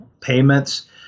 payments